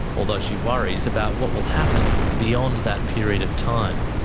although she worries about what will happen beyond that period of time.